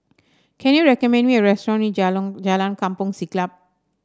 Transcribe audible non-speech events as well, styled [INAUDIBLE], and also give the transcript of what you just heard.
can you recommend me a restaurant near [UNINTELLIGIBLE] Jalan Kampong Siglap